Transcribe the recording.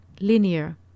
linear